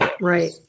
Right